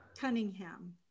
Cunningham